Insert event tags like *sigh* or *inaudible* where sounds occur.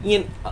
因为 *noise*